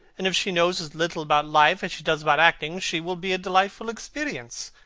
and if she knows as little about life as she does about acting, she will be a delightful experience.